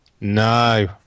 No